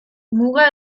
muga